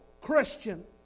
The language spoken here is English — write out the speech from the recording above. Christian